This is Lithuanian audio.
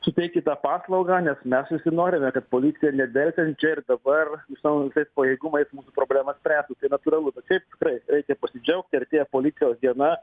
suteikti tą paslaugą nes mes visi norime kad policija nedelsiant čia ir dabar ir savo visais pajėgumais mūsų problemas spręstų tai natūralu bet šiaip tikrai reikia pasidžiaugti artėja policijos diena